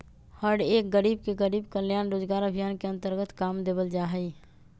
हर एक गरीब के गरीब कल्याण रोजगार अभियान के अन्तर्गत काम देवल जा हई